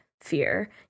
fear